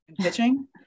pitching